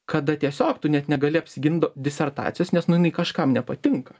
kada tiesiog tu net negali apsigint disertacijos nes nu jinai kažkam nepatinka